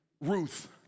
Ruth